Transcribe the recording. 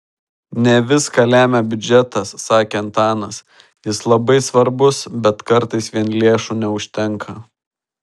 ne viską lemia biudžetas sakė antanas jis labai svarbus bet kartais vien lėšų neužtenka